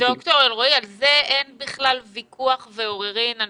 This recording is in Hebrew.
ד"ר אלרעי, אין בכלל ויכוח ועוררין על